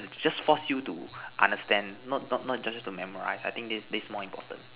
just force you to understand not not just to memorize I think this this more important